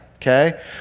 okay